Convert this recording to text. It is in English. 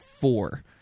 four